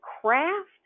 craft